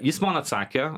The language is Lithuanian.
jis man atsakė